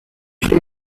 she